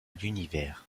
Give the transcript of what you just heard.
l’univers